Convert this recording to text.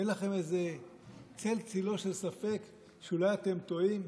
אין לכם איזה צל-צילו של ספק שאולי אתם טועים?